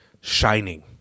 shining